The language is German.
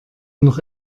noch